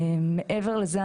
מעבר לזה,